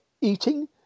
eating